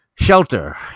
Shelter